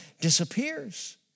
disappears